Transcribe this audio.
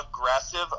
aggressive